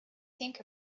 think